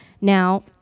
Now